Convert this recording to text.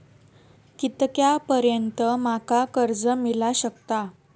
कितक्या पर्यंत माका कर्ज मिला शकता?